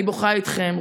אני בוכה איתכם.